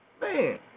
man